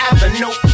Avenue